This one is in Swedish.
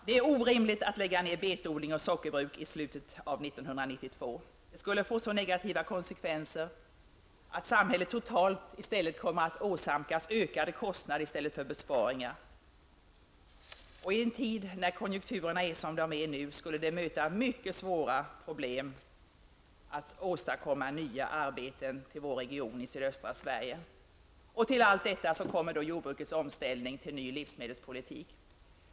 Det är orimligt att lägga ner betodling och sockerbruk i slutet av 1992. Det skulle få så negativa konsekvenser att samhället totalt kommer att åsamkas ökade kostnader i stället för besparingar. I en tid när konjunkturerna är som de är nu skulle det möta mycket svåra problem att åstadkomma nya arbeten till vår region i sydöstra Sverige. Till allt detta kommer så jordbrukets omställning till ny livsmedelspolitik.